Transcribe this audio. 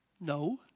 No